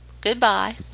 goodbye